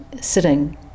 sitting